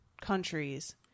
countries